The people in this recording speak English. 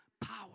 power